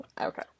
Okay